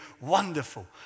wonderful